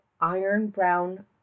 iron-brown